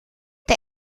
der